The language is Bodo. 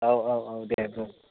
औ औ औ दे बुं